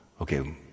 okay